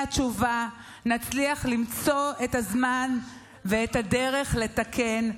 התשובה נצליח למצוא את הזמן ואת הדרך לתקן,